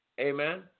Amen